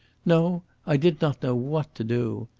no, i did not know what to do.